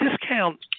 discount